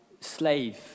slave